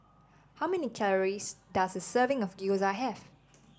how many calories does a serving of Gyoza Have